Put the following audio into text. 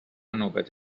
نوبت